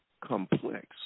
complex